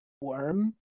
worm